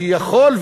שיכול,